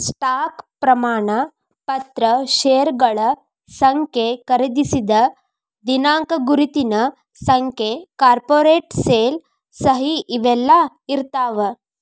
stock ಪ್ರಮಾಣ ಪತ್ರ ಷೇರಗಳ ಸಂಖ್ಯೆ ಖರೇದಿಸಿದ ದಿನಾಂಕ ಗುರುತಿನ ಸಂಖ್ಯೆ ಕಾರ್ಪೊರೇಟ್ ಸೇಲ್ ಸಹಿ ಇವೆಲ್ಲಾ ಇರ್ತಾವ